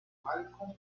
malcolm